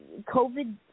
COVID